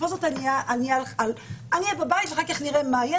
אני אהיה בבית ואחר כך נראה מה יהיה.